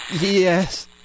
yes